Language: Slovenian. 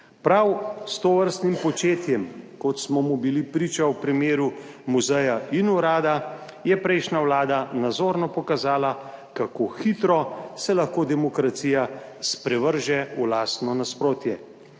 Prav s tovrstnim početjem, kot smo mu bili priča v primeru muzeja in urada, je prejšnja vlada nazorno pokazala, kako hitro se lahko demokracija sprevrže v lastno nasprotje.